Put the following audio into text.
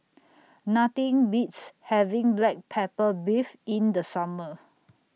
Nothing Beats having Black Pepper Beef in The Summer